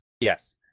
Yes